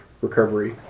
recovery